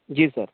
जी sir